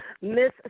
Miss